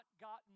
gotten